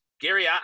Gary